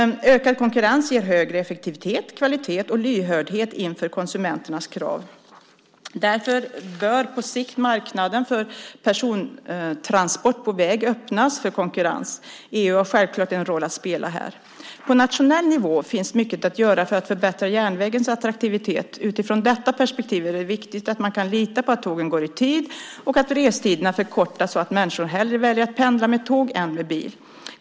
Ökad konkurrens ger högre effektivitet, kvalitet och lyhördhet inför konsumenternas krav. Därför bör på sikt marknaden för persontransport på järnväg öppnas för konkurrens. EU har självklart en roll att spela här. På nationell nivå finns mycket att göra för att förbättra järnvägens attraktivitet. Utifrån detta perspektiv är det viktigt att man kan lita på att tågen går i tid och att restiderna förkortas så att människor hellre väljer att pendla med tåg än med bil.